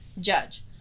Judge